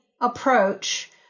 approach